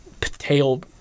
tail